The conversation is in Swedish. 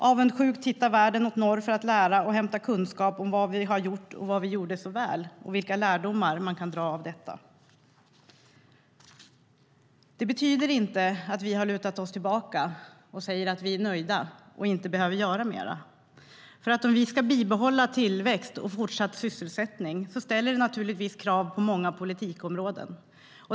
Avundsjukt tittar världen mot norr för att lära och hämta kunskap om vad vi har gjort, vad vi gjorde så väl och vilka lärdomar man kan dra av detta. Det betyder inte att vi har lutat oss tillbaka och säger att vi är nöjda, inte behöver göra mer. Om vi ska bibehålla tillväxt och sysselsättning ställer det naturligtvis krav på många politikområden.